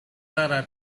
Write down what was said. clara